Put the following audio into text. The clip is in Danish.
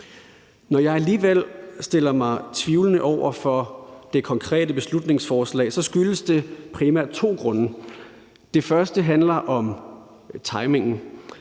Når jeg alligevel stiller mig tvivlende over for det konkrete beslutningsforslag, så er det primært af to grunde, og den første grund handler om timingen.